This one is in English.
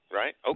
right